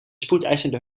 spoedeisende